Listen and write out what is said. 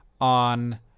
on